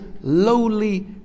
lowly